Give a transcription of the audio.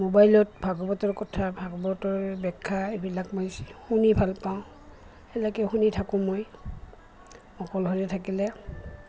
মোবাইলত ভাগৱতৰ কথা ভাগৱতৰ ব্যাখ্যা এইবিলাক মই শুনি ভালপাওঁ সেইবিলাকেই শুনি থাকোঁ মই অকলশৰে থাকিলে